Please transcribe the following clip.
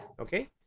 Okay